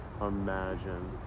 imagine